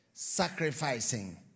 Sacrificing